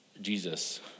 Jesus